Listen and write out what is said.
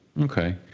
Okay